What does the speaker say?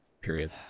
period